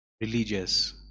religious